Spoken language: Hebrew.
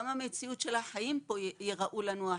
גם המציאות של החיים פה תיראה לנו אחרת.